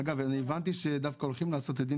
אגב אני הבנתי שדווקא הולכים לעשות את דין